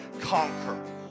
conquer